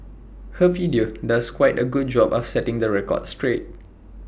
her video does quite A good job of setting the record straight